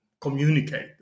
communicate